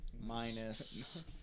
Minus